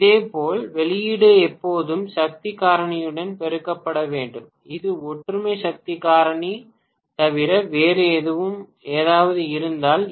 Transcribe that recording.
இதேபோல் வெளியீடு எப்போதும் சக்தி காரணியுடன் பெருக்கப்பட வேண்டும் இது ஒற்றுமை சக்தி காரணி தவிர வேறு ஏதாவது இருந்தால்